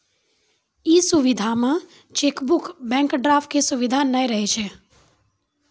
इ सुविधा मे चेकबुक, बैंक ड्राफ्ट के सुविधा नै रहै छै